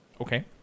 okay